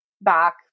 back